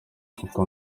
kuko